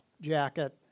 jacket